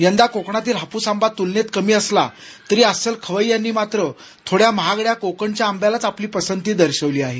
यंदा कोकणातील हापूस आंबा तूलनेत कमी असला तरी अस्सल खवैय्यांनी मात्र थोड्या महागड्या कोकणच्या आंब्यालाच पसंती दर्शवली आहे